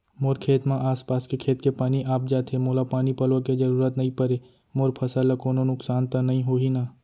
मोर खेत म आसपास के खेत के पानी आप जाथे, मोला पानी पलोय के जरूरत नई परे, मोर फसल ल कोनो नुकसान त नई होही न?